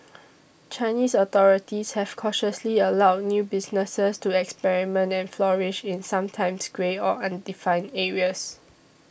Chinese authorities have cautiously allowed new businesses to experiment and flourish in sometimes grey or undefined areas